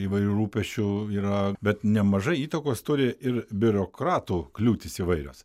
įvairių rūpesčių yra bet nemažai įtakos turi ir biurokratų kliūtys įvairios